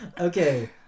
Okay